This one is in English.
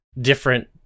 different